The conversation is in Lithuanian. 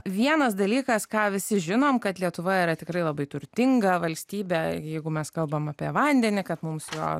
vienas dalykas ką visi žinom kad lietuvoje yra tikrai labai turtinga valstybė jeigu mes kalbam apie vandenį kad mums jo